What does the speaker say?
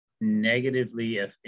negatively